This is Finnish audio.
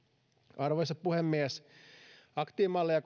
arvoisa puhemies aktiivimallia